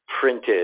printed